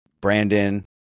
Brandon